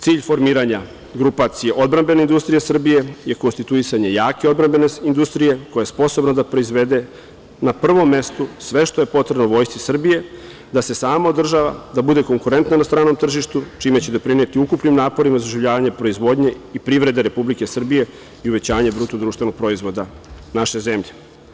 Cilj formiranja grupacije odbrambene industrije Srbije je konstituisanje jake i odbrambene industrije koja je sposobna da proizvede na prvom mestu sve što je potrebno Vojsci Srbije, da se sama održava, da bude konkurentna na stranom tržištu, čime će doprineti ukupnim naporima za oživljavanje proizvodnje i privrede Republike Srbije i uvećanje BDP naše zemlje.